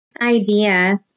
idea